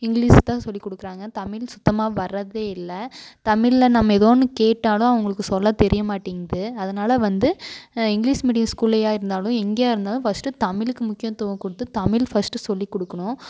English தான் சொல்லிக் கொடுக்குறாங்க தமிழ் சுத்தமாக வர்றதே இல்லை தமிழில் நம்ம ஏதோ ஒன்று கேட்டாலும் அவங்களுக்கு சொல்லத் தெரியமாட்டிங்குது அதனால் வந்து இங்கிலீஸ் மீடியம் ஸ்கூல்லேயா இருந்தாலும் எங்கேயா இருந்தாலும் ஃபஸ்ட்டு தமிழுக்கு முக்கியத்துவம் கொடுத்து தமிழ் ஃபஸ்ட்டு சொல்லி கொடுக்கணும்